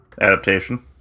Adaptation